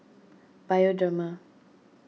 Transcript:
Bioderma